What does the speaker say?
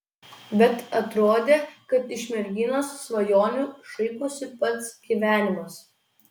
bet atrodė kad iš merginos svajonių šaiposi pats gyvenimas